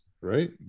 right